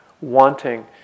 Wanting